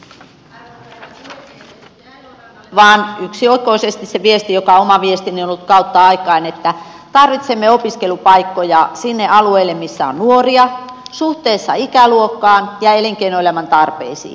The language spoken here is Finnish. edustaja elorannalle vain yksioikoisesti se viesti joka on ollut oma viestini kautta aikain että tarvitsemme opiskelupaikkoja niille alueille missä on nuoria suhteessa ikäluokkaan ja elinkeinoelämän tarpeisiin